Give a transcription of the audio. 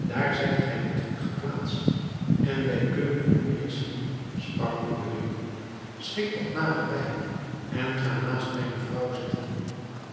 daar zijt gij niet goed geplaatst en wij kunnen u moeijelijk zien sprak noureddin schik wat nader bij en ga naast mijne vrouw zitten